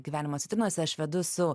gyvenimą citrinose aš vedu su